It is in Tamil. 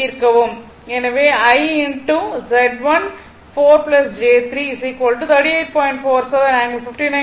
எனவே Z1 4 j 3 38